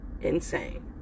insane